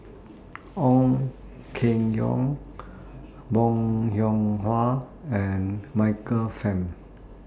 Ong Keng Yong Bong Hiong Hwa and Michael Fam